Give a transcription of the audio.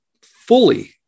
fully